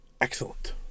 excellent